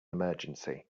emergency